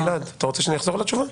אתה רוצה שאני אחזור על התשובה?